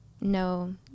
no